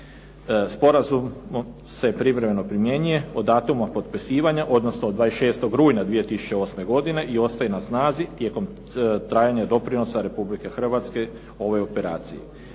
Sporazum se privremeno primjenjuje od datuma potpisivanja, odnosno od 26. rujna 2008. godine i ostaje na snazi tijekom trajanja doprinosa Republike Hrvatske ovoj operaciji.